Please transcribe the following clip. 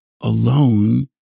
alone